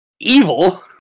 evil